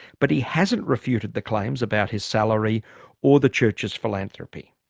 but he hasn't refuted the claims about his salary or the church's philanthropy.